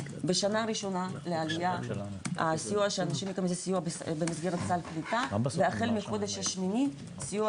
בשנה הראשונה לעלייה הסיוע הוא במסגרת סל קליטה והחל מחודש השמיני הסיוע